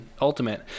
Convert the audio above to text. Ultimate